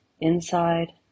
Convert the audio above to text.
Inside